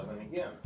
again